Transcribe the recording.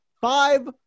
five